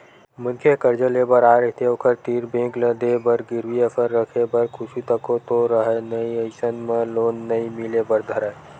मनखे ह करजा लेय बर आय रहिथे ओखर तीर बेंक ल देय बर गिरवी असन रखे बर कुछु तको तो राहय नइ अइसन म लोन नइ मिले बर धरय